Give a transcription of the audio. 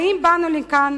האם באנו לכאן